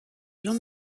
longs